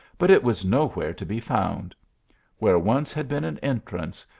but it was no where to be found where once had been an en trance,